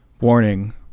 Warning